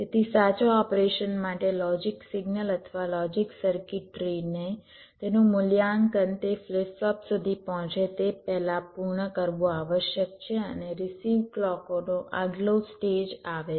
તેથી સાચા ઓપરેશન માટે લોજિક સિગ્નલ અથવા લોજિક સર્કિટ્રીને તેનું મૂલ્યાંકન તે ફ્લિપ ફ્લોપ સુધી પહોંચે તે પહેલાં પૂર્ણ કરવું આવશ્યક છે અને રીસિવ ક્લૉકોનો આગલો સ્ટેજ આવે છે